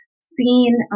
seen